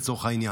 לצורך העניין,